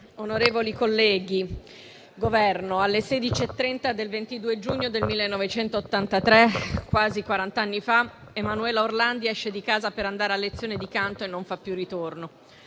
del Governo, alle 16,30 del 22 giugno 1983, quasi quarant'anni fa, Emanuela Orlandi esce di casa per andare a lezione di canto e non fa più ritorno;